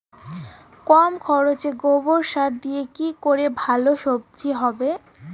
কম খরচে গোবর সার দিয়ে কি করে ভালো সবজি হবে?